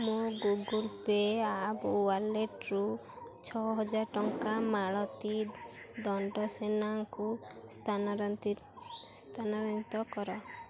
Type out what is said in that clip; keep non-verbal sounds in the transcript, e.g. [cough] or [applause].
ମୋ Google Pay app ୱାଲେଟ୍ରୁ ଛଅହଜାର ଟଙ୍କା ମାଳତୀ ଦଣ୍ଡସେନା ଙ୍କୁ [unintelligible] କର